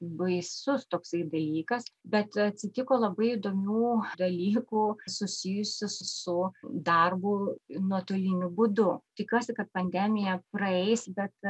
baisus toksai dalykas bet atsitiko labai įdomių dalykų susijusių su darbu nuotoliniu būdu tikiuosi kad pandemija praeis bet